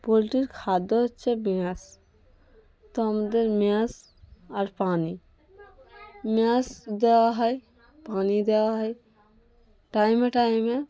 পোলট্রির খাদ্য হচ্ছে ম্যাশ তো আমাদের ম্যাশ আর পানি ম্যাশ দেওয়া হয় পানি দেওয়া হয় টাইমে টাইমে